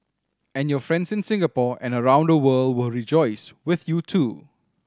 and your friends in Singapore and around the world will rejoice with you too